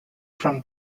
from